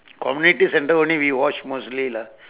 community centre only we watch mostly lah